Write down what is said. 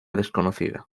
desconocida